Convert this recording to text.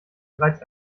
bereits